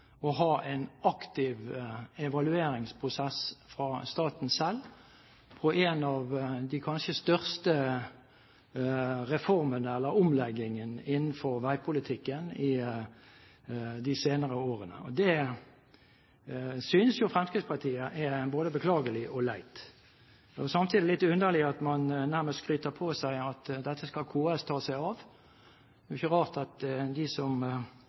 å ha en aktiv evalueringsprosess fra staten selv på en av de kanskje største reformene eller omleggingene innenfor veipolitikken i de senere årene. Det synes Fremskrittspartiet er både beklagelig og leit. Det er samtidig litt underlig at man nærmest skryter på seg at dette skal KS ta seg av. Det er ikke rart at de som